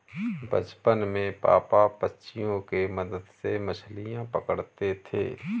बचपन में पापा पंछियों के मदद से मछलियां पकड़ते थे